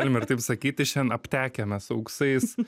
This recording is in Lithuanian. galima ir taip sakyti šiandien aptekę mes auksais